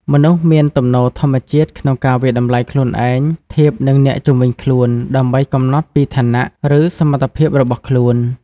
មនុស្សមានទំនោរធម្មជាតិក្នុងការវាយតម្លៃខ្លួនឯងធៀបនឹងអ្នកជុំវិញខ្លួន ដើម្បីកំណត់ពីឋានៈ ឬសមត្ថភាពរបស់ខ្លួន។